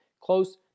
Close